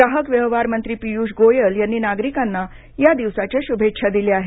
ग्राहक व्यवहार मंत्री पीयूष गोयल यांनी नागरिकांना या दिवसाच्या शुभेच्छा दिल्या आहेत